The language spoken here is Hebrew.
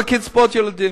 לגבי קצבאות ילדים.